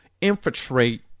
infiltrate